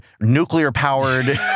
nuclear-powered